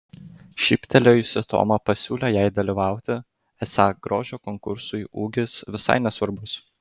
šyptelėjusi toma pasiūlė jai dalyvauti esą grožio konkursui ūgis visai nesvarbus